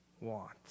want